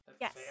Yes